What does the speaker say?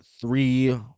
three